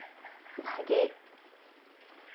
ᱵᱷᱟᱜᱮ